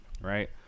Right